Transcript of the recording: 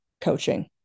coaching